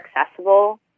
accessible